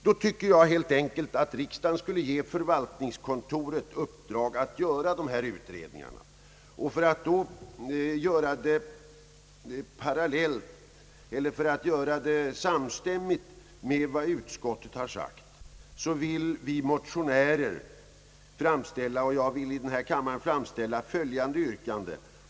Jag tycker då att riksdagen helt enkelt skall ge förvaltningskontoret i uppdrag att göra dessa utredningar. För att då göra det samstämmigt med vad utskottet har sagt vill vi motionärer nu framställa ett yrkande; i denna kammare blir det alltså jag som står för yrkandet.